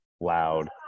loud